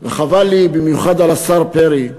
וחבל לי במיוחד על השר פרי,